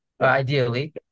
ideally